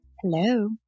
Hello